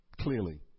clearly